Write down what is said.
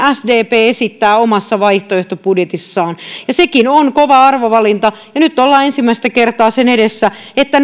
sdp esittää omassa vaihtoehtobudjetissaan ja sekin on kova arvovalinta ja nyt ollaan ensimmäistä kertaa sen edessä että